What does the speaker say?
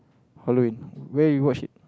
Halloween where you watch it